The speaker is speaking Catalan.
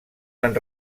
van